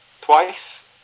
twice